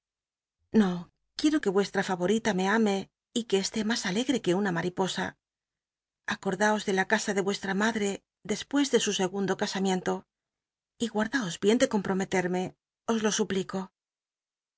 no quicro que vuestra l'a'orita me ame que esté mas alegre que una mariposa acordaos de la casa de nrc tra madre despucs ele su segundo casamiento y guardaos bien de com womelermc os lo suplico